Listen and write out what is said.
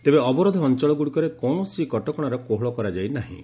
ତେବେ ଅବରୋଧ ଅଞ୍ଚଳଗୁଡ଼ିକରେ କୌଣସି କଟକଣାର କୋହଳ କରାଯାଇ ନାହିଁ